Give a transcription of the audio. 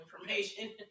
information